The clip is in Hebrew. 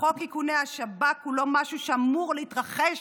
"חוק איכוני השב"כ הוא לא משהו שאמור להתרחש